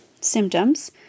symptoms